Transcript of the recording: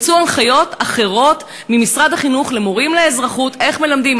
יצאו הנחיות אחרות ממשרד החינוך למורים לאזרחות: איך מלמדים,